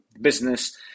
business